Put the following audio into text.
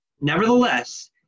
Nevertheless